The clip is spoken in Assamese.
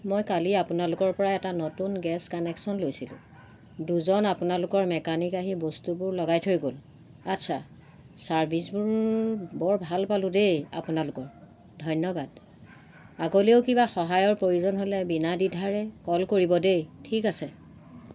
মই কালি আপোনালোকৰ পৰা এটা নতুন গেছ কানেকশ্যন লৈছিলোঁ দুজন আপোনালোকৰ মেকানিক আহি বস্তুবোৰ লগাই থৈ গ'ল আচ্ছা ছাৰ্ভিচবোৰ বৰ ভাল পালোঁ দেই আপোনালোকৰ ধন্যবাদ আগলৈও কিবা সহায়ৰ প্ৰয়োজন হ'লে বিনাদ্বিধাৰে কল কৰিব দেই ঠিক আছে